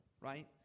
right